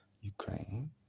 Ukraine